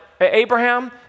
Abraham